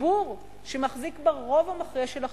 הציבור שמחזיק ברוב המכריע של החברה,